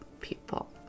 people